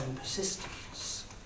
persistence